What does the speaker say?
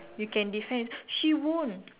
you can defend she won't